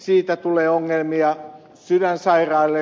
siitä tulee ongelmia sydänsairaille